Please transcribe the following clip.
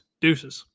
Deuces